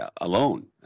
alone